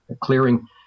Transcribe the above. clearing